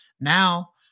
Now